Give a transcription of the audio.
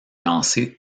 lancer